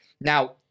Now